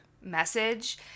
message